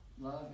Love